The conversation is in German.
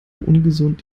ungesund